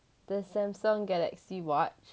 the samsung galaxy watch